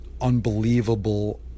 unbelievable